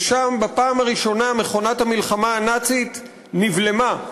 ושם בפעם הראשונה מכונת המלחמה הנאצית נבלמה,